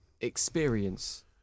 experience